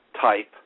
type